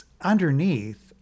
underneath